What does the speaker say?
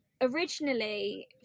originally